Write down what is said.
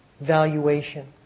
valuation